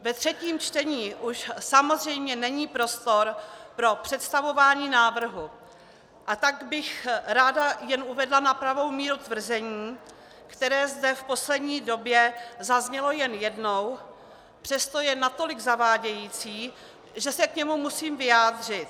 Ve třetím čtení už samozřejmě není prostor pro představování návrhu, a tak bych jen ráda uvedla na pravou míru tvrzení, které zde v poslední době zaznělo jen jednou, přesto je natolik zavádějící, že se k němu musím vyjádřit.